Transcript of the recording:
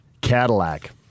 Cadillac